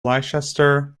leicester